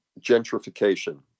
gentrification